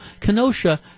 Kenosha